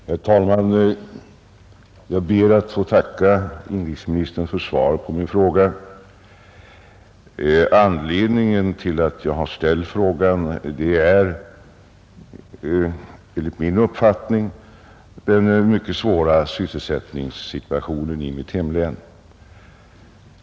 Herr talman! Jag ber att få tacka inrikesministern för svaret på min fråga. Anledningen till att jag har ställt frågan är den enligt min uppfattning mycket svåra sysselsättningssituationen i mitt hemlän.